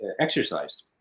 exercised